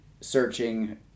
searching